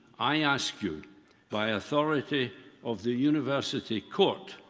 i ask you by authority of the university court,